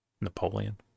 Napoleon